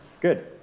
Good